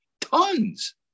tons